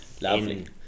Lovely